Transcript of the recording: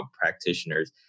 practitioners